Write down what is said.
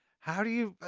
how do you,